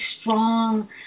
strong